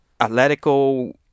Atletico